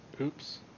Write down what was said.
Oops